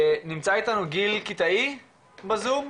נמצא איתנו גיל קיטאי בזום.